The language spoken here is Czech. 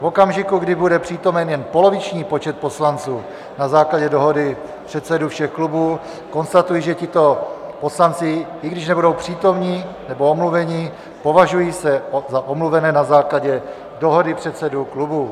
V okamžiku, kdy bude přítomen jen poloviční počet poslanců, na základě dohody předsedů všech klubů konstatuji, že tito poslanci, i když nebudou přítomni nebo omluveni, považují se za omluvené na základě dohody předsedů klubů.